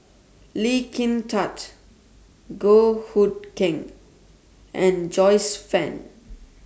Lee Kin Tat Goh Hood Keng and Joyce fan